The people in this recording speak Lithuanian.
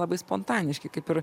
labai spontaniški kaip ir